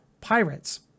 pirates